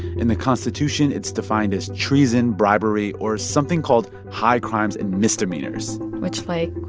in the constitution, it's defined as treason, bribery or something called high crimes and misdemeanors which, like,